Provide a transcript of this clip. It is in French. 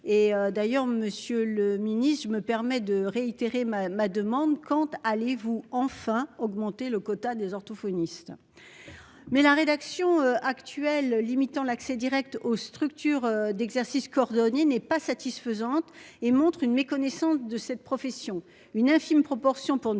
Et d'ailleurs Monsieur le Ministre, je me permets de réitérer ma ma demande quand allez-vous enfin augmenter le quota des orthophonistes. Mais la rédaction actuelle limitant l'accès Direct aux structures d'exercice coordonné n'est pas satisfaisante et montre une méconnaissance de cette profession une infime proportion pour ne pas dire